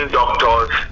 doctors